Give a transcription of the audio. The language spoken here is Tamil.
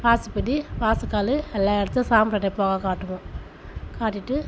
வாசற்படி வாசக்கால் எல்லா இடத்துலேயும் சாம்பிராணி புகை காட்டுவோம் காட்டிவிட்டு